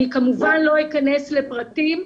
אני כמובן לא אכנס לפרטים,